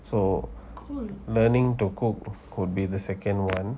so learning to cook would be the second one